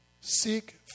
Seek